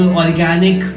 organic